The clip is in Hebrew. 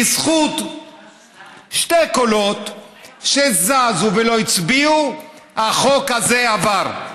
בזכות שני קולות שזזו ולא הצביעו החוק הזה עבר,